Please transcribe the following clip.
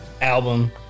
album